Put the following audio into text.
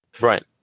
Right